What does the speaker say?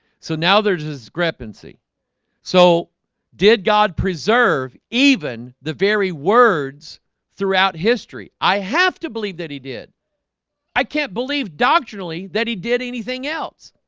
so now there's this grep in' see so did god preserve even the very words throughout history. i have to believe that he did i can't believe doctrinally that he did anything else,